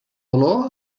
olor